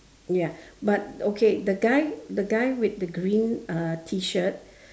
ya but okay the guy the guy with the green uh tee shirt